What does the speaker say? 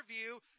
view